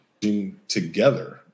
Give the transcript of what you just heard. together